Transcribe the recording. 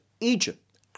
Egypt